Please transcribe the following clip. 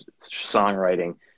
songwriting